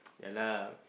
ya lah